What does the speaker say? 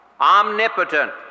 omnipotent